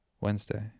Wednesday